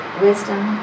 wisdom